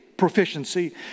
proficiency